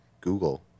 Google